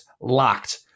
LOCKED